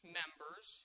members